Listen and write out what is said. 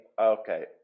okay